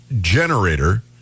generator